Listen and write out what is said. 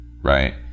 right